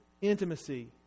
intimacy